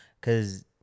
Cause